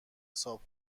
صاحب